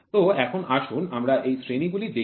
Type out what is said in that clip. তো এখন আসুন আমরা এই শ্রেণী গুলি দেখি